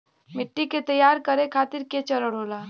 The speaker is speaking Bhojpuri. मिट्टी के तैयार करें खातिर के चरण होला?